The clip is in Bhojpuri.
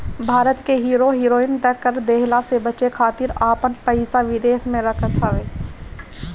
भारत के हीरो हीरोइन त कर देहला से बचे खातिर आपन पइसा विदेश में रखत हवे